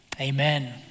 Amen